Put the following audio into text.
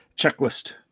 checklist